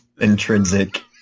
intrinsic